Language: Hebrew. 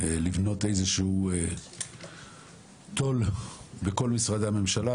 לבנות איזשהו תו"ל בכל משרדי הממשלה.